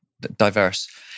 diverse